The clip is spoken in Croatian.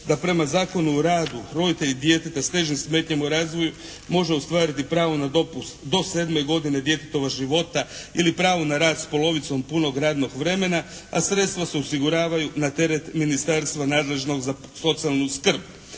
da prema Zakonu o radu roditelj djeteta s težim smetnjama u razvoju može ostvariti pravo na dopust do sedme godine djetetova života ili pravo na rad s polovicom punog radnog vremena, a sredstva se osiguravaju na teret ministarstva nadležnog za socijalnu skrb.